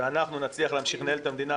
ואנחנו נצליח להמשיך לנהל את המדינה,